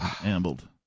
Ambled